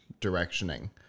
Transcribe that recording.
directioning